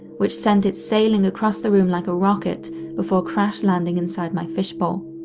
which sent it sailing across the room like a rocket before crash landing inside my fish bowl.